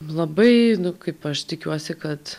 labai nu kaip aš tikiuosi kad